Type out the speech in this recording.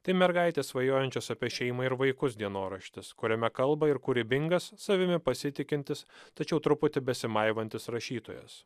tai mergaitės svajojančios apie šeimą ir vaikus dienoraštis kuriame kalba ir kūrybingas savimi pasitikintis tačiau truputį besimaivantis rašytojas